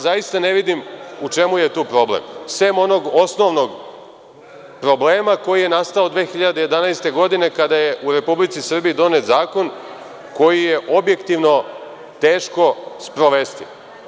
Zaista ne vidim u čemu je tu problem sem onog osnovnog problema koji je nastao 2011. godine kada je u Republici Srbiji donet zakon koji je objektivno teško sprovesti.